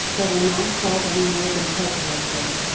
but are now seldom more than prejudices.